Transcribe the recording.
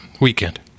weekend